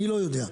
אני לא יודע,